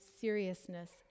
seriousness